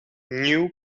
new